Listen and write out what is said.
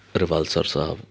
Rewalsar Sahib